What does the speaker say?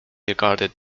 regarded